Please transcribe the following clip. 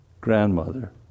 grandmother